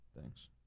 thanks